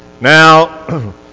Now